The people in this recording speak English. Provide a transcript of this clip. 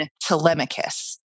Telemachus